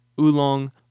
oolong